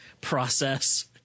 process